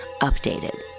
Updated